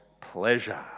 pleasure